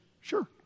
Sure